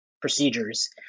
procedures